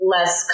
Less